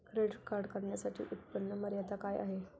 Credit card काढण्यासाठी उत्पन्न मर्यादा काय आहे?